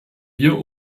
wir